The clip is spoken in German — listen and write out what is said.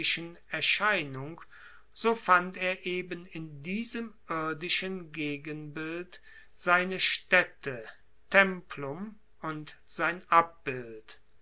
erscheinung so fand er eben in diesem irdischen gegenbild seine staette templum und sein abbild